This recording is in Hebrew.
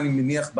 אני מניח,